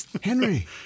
Henry